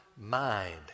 mind